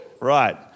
Right